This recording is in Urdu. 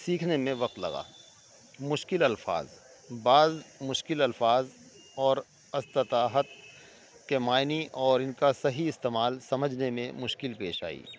سیکھنے میں وقت لغا مشکل الفاظ بعض مشکل الفاظ اور استطاعت کے معنی اور ان کا صحیح استعمال سمجھنے میں مشکل پیش آئی